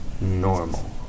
normal